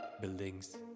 buildings